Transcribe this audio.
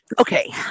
Okay